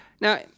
Now